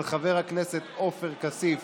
של חבר הכנסת עופר כסיף